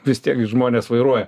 vis tiek žmonės vairuoja